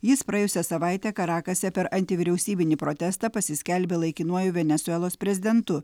jis praėjusią savaitę karakase per antivyriausybinį protestą pasiskelbė laikinuoju venesuelos prezidentu